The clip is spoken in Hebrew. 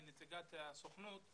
היא נציגת הסוכנות,